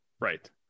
right